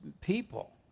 people